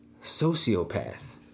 sociopath